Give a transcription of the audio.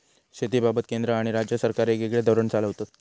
शेतीबाबत केंद्र आणि राज्य सरकारा येगयेगळे धोरण चालवतत